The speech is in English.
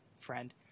friend